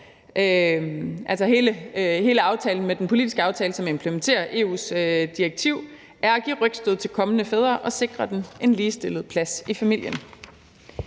banen. Hele formålet med den politiske aftale, som implementerer EU's direktiv, er at give rygstød til kommende fædre og sikre dem en ligestillet plads i familien.